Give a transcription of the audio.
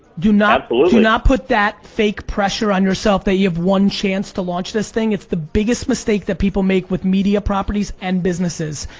do not not put that fake pressure on yourself that you have one chance to launch this thing, it's the biggest mistake that people make with media properties and businesses.